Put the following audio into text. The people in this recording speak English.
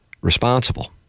responsible